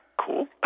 cool